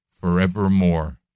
forevermore